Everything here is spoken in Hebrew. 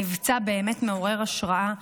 במבצע באמת מעורר השראה,